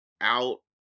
out